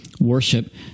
worship